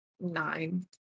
nine